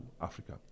Africa